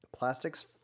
plastics